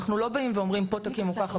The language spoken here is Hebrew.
אנחנו לא באים ואומרים "פה תקימו ככה,